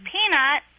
Peanut